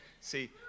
See